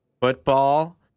football